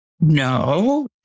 no